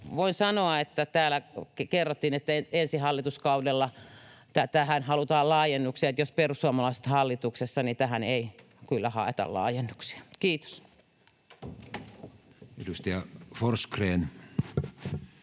voin sanoa, kun täällä kerrottiin, että ensi hallituskaudella tähän halutaan laajennuksia, että jos perussuomalaiset ovat hallituksessa, niin tähän ei kyllä haeta laajennuksia. — Kiitos. [Speech